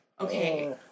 Okay